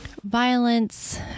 violence